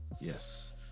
yes